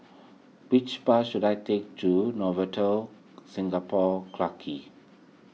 which bus should I take to Novotel Singapore Clarke Quay